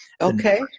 Okay